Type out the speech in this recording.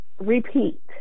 repeat